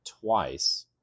twice